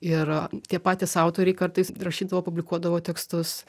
ir tie patys autoriai kartais rašydavo publikuodavo tekstus